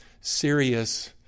serious